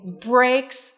breaks